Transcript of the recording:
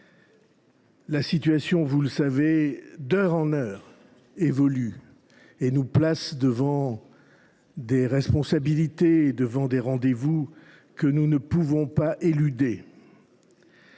situation, vous le savez, évolue d’heure en heure et nous place devant des responsabilités et face à des rendez vous que nous ne pouvons pas éluder.